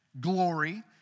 glory